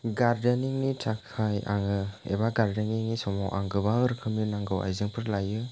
गारदेनिंनि थाखाइ आङो एबा गारदेनिंनि समाव आङो गोबां रोखोमनि नांगौ आइजेंफोर लायो